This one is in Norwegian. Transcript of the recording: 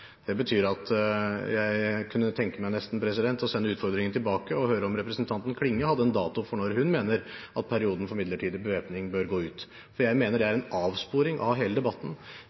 Det betyr at jeg nesten kunne tenke meg, president, å sende utfordringen tilbake og høre om representanten Klinge har en dato for når hun mener at perioden for midlertidig bevæpning bør gå ut, for jeg mener det er en avsporing av hele debatten.